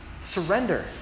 Surrender